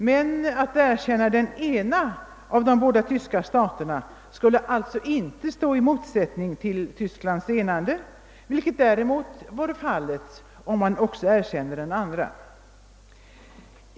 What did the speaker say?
Men att erkänna den ena av de båda tyska staterna skulle alltså inte stå i motsättning till Tysklands enande, vilket däremot vore fallet, om man också erkände den andra.